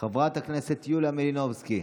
חברת הכנסת יוליה מלינובסקי,